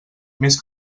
més